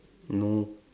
no